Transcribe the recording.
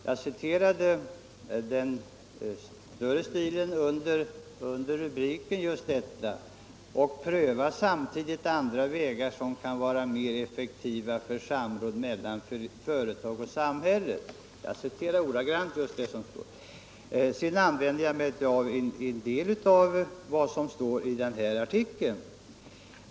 Jag citerade ordagrant det som stod med stor stil under rubriken: ”Och pröva samtidigt andra vägar, som kan vara mer effektiva, för samråd mellan företag och samhälle.” Sedan återgav jag också en hel del av vad som stod i själva artikeln.